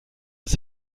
ist